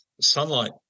sunlight